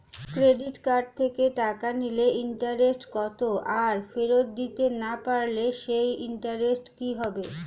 Credit card থেকে টাকা নিলে ইন্টারেস্ট কত আর ফেরত দিতে না পারলে সেই ইন্টারেস্ট কি হবে?